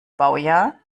baujahr